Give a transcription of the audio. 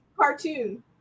Cartoon